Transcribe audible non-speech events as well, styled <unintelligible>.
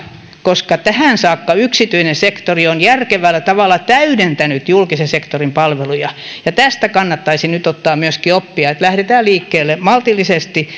koska tähän saakka yksityinen sektori on järkevällä tavalla täydentänyt julkisen sektorin palveluja ja tästä kannattaisi nyt ottaa myöskin oppia että lähdetään liikkeelle maltillisesti <unintelligible>